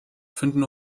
finden